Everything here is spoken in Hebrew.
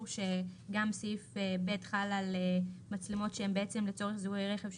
שגם סעיף (ב) חל על מצלמות שהן לצורך זיהוי רכב,